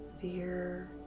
fear